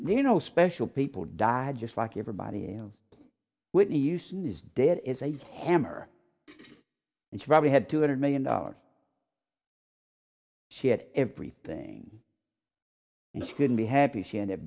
you know special people die just like everybody else whitney houston is dead is a hammer and she probably had two hundred million dollars she had everything and couldn't be happy she ended